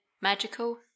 magical